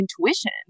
intuition